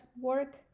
work